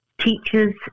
teachers